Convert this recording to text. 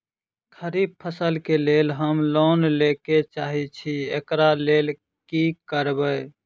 खरीफ फसल केँ लेल हम लोन लैके चाहै छी एकरा लेल की करबै?